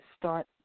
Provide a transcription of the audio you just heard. start